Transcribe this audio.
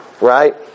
right